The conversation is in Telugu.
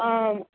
ఆ